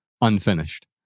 unfinished